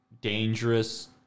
dangerous